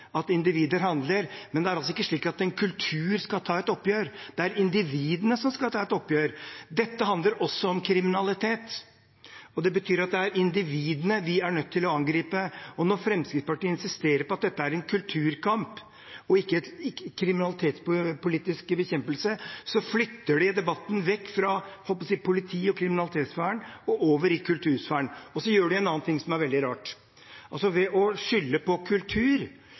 at individer handler, men det er altså ikke slik at en kultur skal ta et oppgjør. Det er individene som skal ta et oppgjør. Dette handler også om kriminalitet. Det betyr at det er individene vi er nødt til å angripe. Når Fremskrittspartiet insisterer på at dette er en kulturkamp og ikke en kriminalitetspolitisk bekjempelse, flytter de debatten vekk fra – jeg holdt på å si – politi- og kriminalitetssfæren og over i kultursfæren. Og så gjør de noe annet som er veldig rart: Ved å skylde på kultur